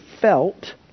felt